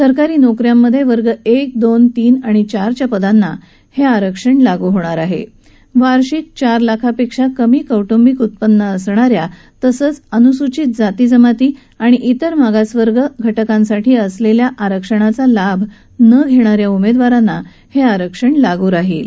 सरकारी नोकऱ्यांमध्य वर्ग एक दोन तीन आणि चार च्या पदांना ह आरक्षण लागू होणार आह वार्षिक चार लाखांपक्षा कमी कौप्ंबिक उत्पन्न असल या तसंच अन्सूचित जाती जमाती आणि इतर मागासवर्ग घ कांसाठी असलप्त्या कोणत्याही आरक्षणाचा लाभ नसलक्ष्या उमव्ववारांना हा आरक्षण लागू होईल